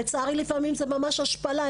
לצערי לפעמים זו ממש השפלה,